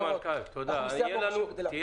אדוני המנכ"ל, תודה.